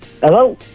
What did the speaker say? Hello